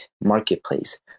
marketplace